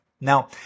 Now